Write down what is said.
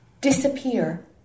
disappear